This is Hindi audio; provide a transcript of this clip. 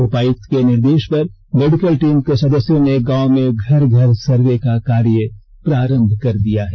उपायुक्त के निर्देष पर मेडिकल टीम के सदस्यों ने गांव में घर घर सर्वे का कार्य प्रारंभ कर दिया है